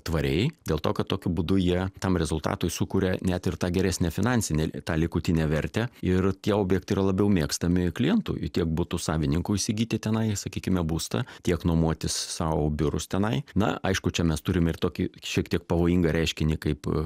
tvariai dėl to kad tokiu būdu jie tam rezultatui sukuria net ir tą geresnę finansinę tą likutinę vertę ir tie objektai yra labiau mėgstami klientų tiek butų savininkų įsigyti tenai sakykime būstą tiek nuomotis sau biurus tenai na aišku čia mes turim ir tokį šiek tiek pavojingą reiškinį kaip